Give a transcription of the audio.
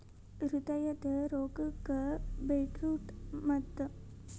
ಹೃದಯದ ರೋಗಕ್ಕ ಬೇಟ್ರೂಟ ಮದ್ದ